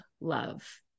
love